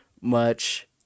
much-